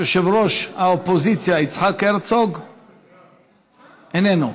יושב-ראש האופוזיציה יצחק הרצוג, איננו,